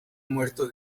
muerto